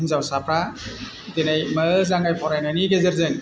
हिनजावसाफ्रा दिनै मोजाङै फरायनायनि गेजेरजों